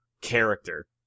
character